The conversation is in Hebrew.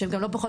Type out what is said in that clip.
שהם גם לא פחות,